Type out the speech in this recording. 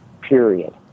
period